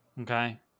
Okay